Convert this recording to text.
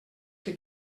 que